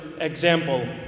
example